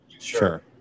Sure